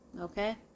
Okay